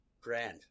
grand